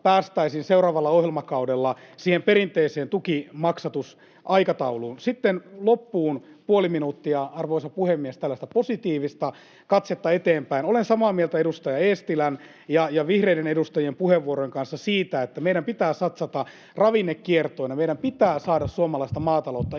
päästäisiin seuraavalla ohjelmakaudella siihen perinteiseen tukimaksatusaikatauluun. Sitten loppuun — puoli minuuttia, arvoisa puhemies — tällaista positiivista katsetta eteenpäin: Olen samaa mieltä edustaja Eestilän ja vihreiden edustajien puheenvuorojen kanssa siitä, että meidän pitää satsata ravinnekiertoon ja meidän pitää saada suomalaista maataloutta irti